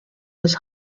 was